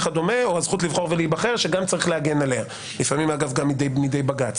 הזכות לבחור ולהיבחר שגם צריך להגן עליה לפעמים גם מפני בג"ץ